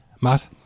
Matt